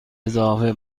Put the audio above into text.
اضافه